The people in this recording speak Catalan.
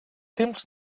temps